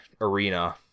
arena